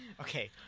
Okay